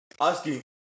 asking